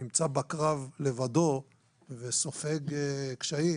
נמצא בקרב לבדו וסופג קשיים,